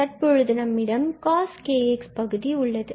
எனவே தற்பொழுது நம்மிடம் காஸ் coskx பகுதி உள்ளது